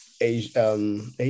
Asian